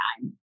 time